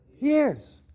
Years